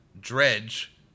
Dredge